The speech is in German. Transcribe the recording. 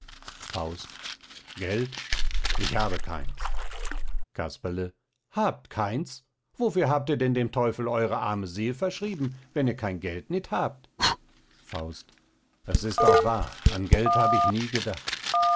faust geld ich habe keins casperle habt keins wofür habt ihr denn dem teufel eure arme seel verschrieben wenn ihr kein geld nit habt faust es ist auch wahr an geld hab ich nie gedacht